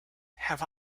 have